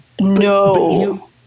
No